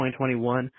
2021